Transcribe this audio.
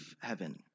heaven